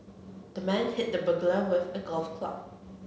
the man hit the burglar with a golf club